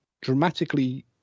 dramatically